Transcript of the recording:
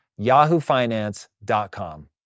yahoofinance.com